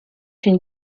une